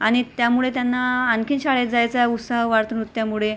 आणि त्यामुळे त्यांना आणखी शाळेत जायचा उत्साह वाढतो नृत्यामुळे